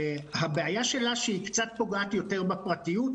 הבעיה שלה שהיא קצת פוגעת יותר בפרטיות.